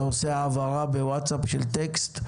אתה עושה העברה בווטסאפ של טקסט,